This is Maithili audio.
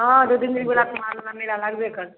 हँ दू तीन दिन घोड़ा तऽ माघमे मेला लागबे करतै